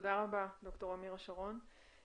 תודה רבה ד"ר אמירה שרון.